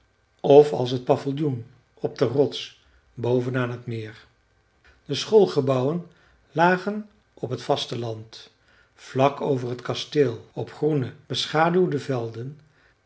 of als t paviljoen op de rots boven aan het meer de schoolgebouwen lagen op het vaste land vlak over het kasteel op groene beschaduwde velden